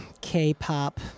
k-pop